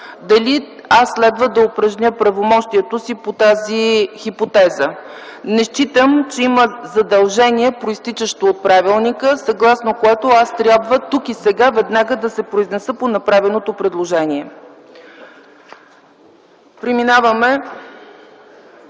дали аз следва да упражня правомощието си по тази хипотеза. Не считам, че има задължение, произтичащо от правилника, съгласно което аз трябва тук и сега да се произнеса веднага по направеното предложение. МИХАИЛ